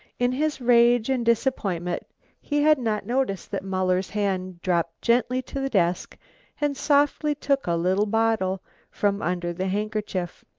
in his rage and disappointment he had not noticed that muller's hand dropped gently to the desk and softly took a little bottle from under the handkerchief.